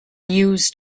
news